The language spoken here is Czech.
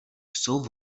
jsou